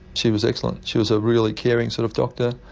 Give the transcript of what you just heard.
she was excellent, she was a really caring sort of doctor,